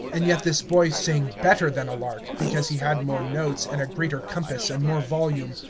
and yet this boy sang better than a lark, because he had more notes and a greater compass and more volume,